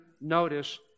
notice